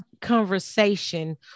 conversation